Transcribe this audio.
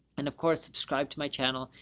and of course, subscribe to my channel.